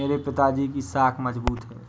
मेरे पिताजी की साख मजबूत है